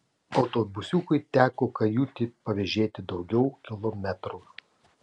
autobusiukui teko kajutį pavėžėti daugiau kilometrų